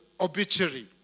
obituary